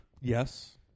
Yes